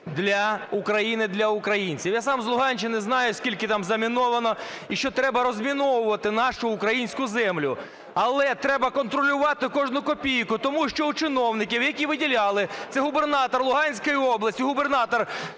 для України, для українців. Я сам з Луганщини, знаю, скільки там заміновано і що треба розміновувати нашу українську землю. Але треба контролювати кожну копійку, тому що у чиновників, які виділяли, це губернатор Луганської області, губернатор